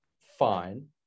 Fine